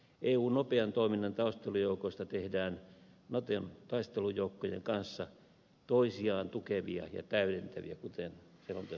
eun nopean toiminnan taistelujoukoista tehdään naton taistelujoukkojen kanssa toisiaan tukevia ja täydentäviä kuten selonteossa todetaan